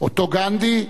אותו גנדי,